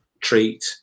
treat